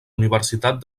universitat